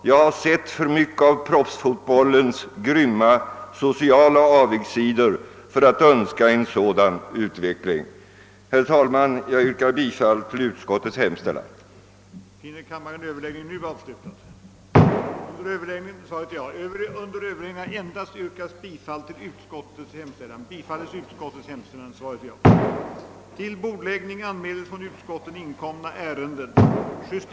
Jag har sett för mycket av proffsfotbollens grymma sociala avigsidor för att önska en sådan utveckling.» Herr talman! Jag yrkar bifall till utskottets hemställan. Härmed får jag anhålla om ledighet från riksdagsarbetet under tiden den 22—26 april 1968 för deltagande i ministermöten i Köpenhamn och Oslo.